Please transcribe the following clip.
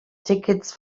tickets